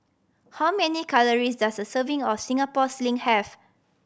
how many calories does a serving of Singapore Sling have